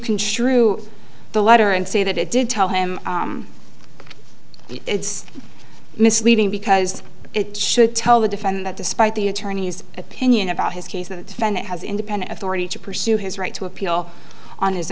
shrew the letter and say that it did tell him it's misleading because it should tell the defend that despite the attorney's opinion about his case the defendant has independent authority to pursue his right to appeal on his